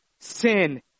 sin